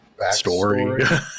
backstory